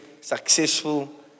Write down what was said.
successful